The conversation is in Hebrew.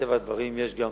מטבע הדברים יש גם